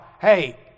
hey